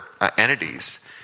entities